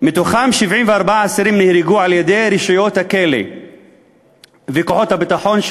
74 אסירים מתוכם נהרגו על-ידי רשויות הכלא וכוחות הביטחון,